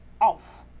off